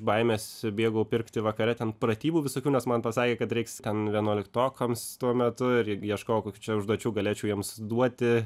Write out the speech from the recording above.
baimės bėgau pirkti vakare ten pratybų visokių nes man pasakė kad reiks ten vienuoliktokams tuo metu ir ieškojau kokių čia užduočių galėčiau jiems duoti